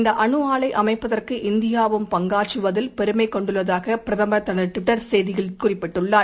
இந்தஅனுஆலைஅமைப்பதற்கு இந்தியாவும் பங்காற்றுவதில் பெருமைகொண்டுள்ளதாகபிரதமர் தனதுட்விட்டர் செய்தியில் குறிப்பிட்டுள்ளார்